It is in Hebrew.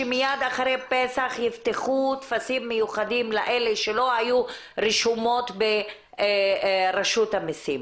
שמיד אחרי פסח יפתחו טפסים מיוחדים לאלה שלא היו רשומות ברשות המסים.